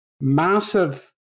massive